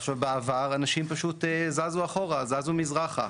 עכשיו בעבר, אנשים פשוט זזו אחורה, זזו מזרחה.